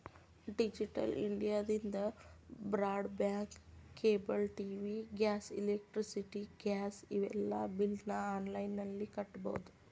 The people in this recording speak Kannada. ಡಿಜಿಟಲ್ ಇಂಡಿಯಾದಿಂದ broadband cable TV gas electricity gas ಇವೆಲ್ಲಾ ಬಿಲ್ನ ಆನ್ಲೈನ್ ನಲ್ಲಿ ಕಟ್ಟಬೊದು